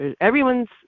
Everyone's